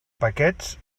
paquets